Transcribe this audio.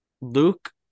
Luke